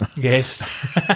yes